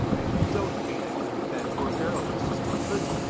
and don't be angry with that poor girl, mrs. mumford.